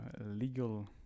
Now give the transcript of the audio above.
legal